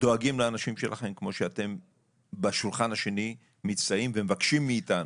דואגים לאנשים שלכם כמו שאתם בשולחן השני מבקשים מאיתנו,